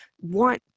want